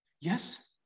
Yes